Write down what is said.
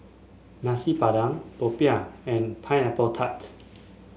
Nasi Padang popiah and Pineapple Tart